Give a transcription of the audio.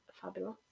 fabulous